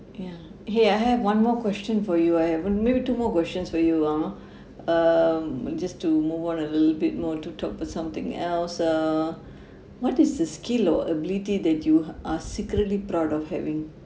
yeah !hey! I have one more question for you I haven't maybe two more questions for you ah um just to move on a little bit more to talk about something else uh what is the skill or ability that you are secretly proud of having